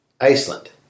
Iceland